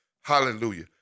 Hallelujah